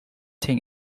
team